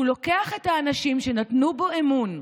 הוא לוקח את האנשים שנתנו בו אמון,